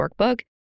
workbook